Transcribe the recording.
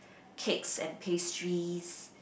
cakes and pastries